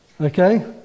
okay